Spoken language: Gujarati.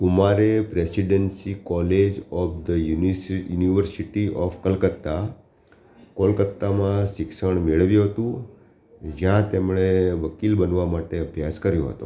કુમારે પ્રેસિડન્સી કોલેજ ઑફ ધ યુનિસી યુનિવર્સિટી ઑફ કલકત્તા કોલકત્તામાં શિક્ષણ મેળવ્યું હતું જ્યાં તેમણે વકીલ બનવા માટે અભ્યાસ કર્યો હતો